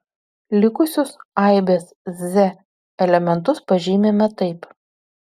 likusius aibės z elementus pažymime taip